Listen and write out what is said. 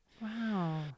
Wow